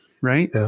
right